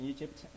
Egypt